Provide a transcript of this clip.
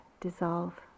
dissolve